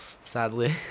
Sadly